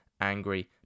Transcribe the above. angry